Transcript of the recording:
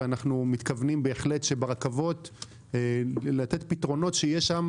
ואנחנו מתכוונים בהחלט לתת פתרונות ברכבות שתהיה שם